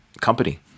company